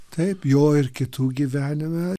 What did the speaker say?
taip jo ir kitų gyvenime